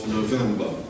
November